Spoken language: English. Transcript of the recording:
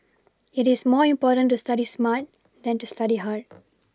it is more important to study smart than to study hard